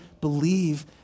believe